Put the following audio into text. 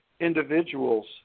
individual's